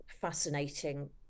fascinating